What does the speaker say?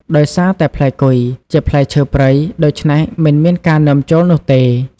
ដោយសារតែផ្លែគុយជាផ្លែឈើព្រៃ ដូច្នេះ មិនមានការនាំចូលនោះទេ។